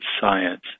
science